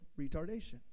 retardation